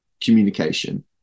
communication